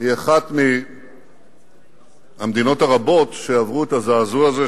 היא אחת מהמדינות הרבות שעברו את הזעזוע הזה,